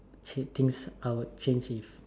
change things I would change if